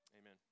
amen